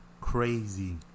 Crazy